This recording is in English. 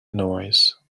noise